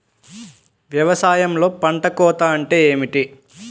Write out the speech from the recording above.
వ్యవసాయంలో పంట కోత అంటే ఏమిటి?